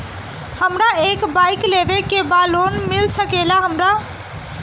हमरा एक बाइक लेवे के बा लोन मिल सकेला हमरा?